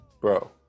Bro